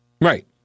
Right